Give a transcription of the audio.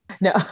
No